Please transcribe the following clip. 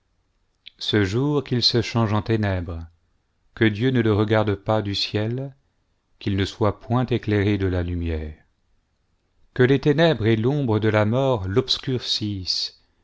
ce jour qu'il se change en ténèbres que dieu ne le regarde pas du ciel qu'il ne soit point éclairé de la lumière que les ténèbres et l'ombre de la mort l'obscurcissent